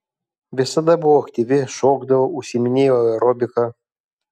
visada buvau aktyvi šokdavau užsiiminėjau aerobika